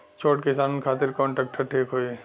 छोट किसान खातिर कवन ट्रेक्टर ठीक होई?